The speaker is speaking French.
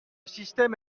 système